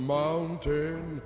mountain